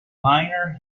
minor